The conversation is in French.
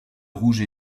rouge